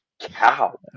cow